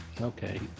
Okay